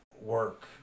work